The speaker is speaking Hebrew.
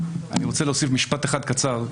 רוצה להוסיף משפט אחד קצר.